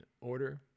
order